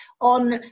on